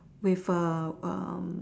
with a um